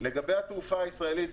לגבי התעופה הישראלית,